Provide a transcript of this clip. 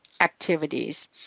activities